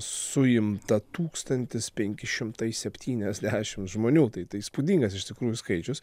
suimta tūkstantis penki šimtai septyniasdešimt žmonių tai įspūdingas iš tikrųjų skaičius